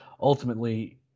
ultimately